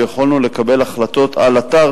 ויכולנו לקבל החלטות על אתר,